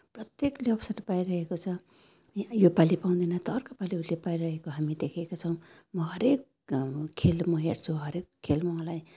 प्रत्येकले अवसर पाइरहेको छ यो योपालि पाउँदैन त अर्को पालि उसले पाइरहेको हामी देखेका छौँ म हरेक खेल म हेर्छु हरेक खेल मलाई